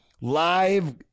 live